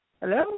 Hello